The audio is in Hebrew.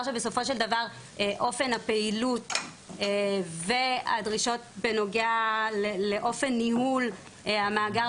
שבסופו של דבר הפעילות והדרישות בנוגע לאופן ניהול המאגר